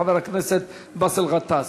חבר הכנסת באסל גטאס.